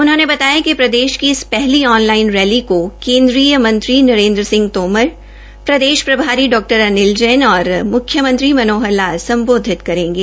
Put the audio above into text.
उन्होंने बताया कि प्रदेश की इस पहली ऑन लाइन रैली को केन्द्रीय मंत्री नरेन्द्र सिंह तोमर प्रदेश प्रभारी डॉ अनिल जैन और मुख्यमंत्री मनोहर लाल सम्बोधित करेंगे